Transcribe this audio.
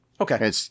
Okay